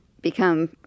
become